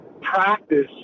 practice